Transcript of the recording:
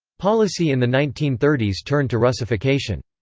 policy in the nineteen thirty s turned to russification.